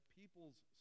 Peoples